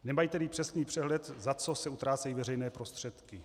Nemají tedy přesný přehled, za co se utrácejí veřejné prostředky.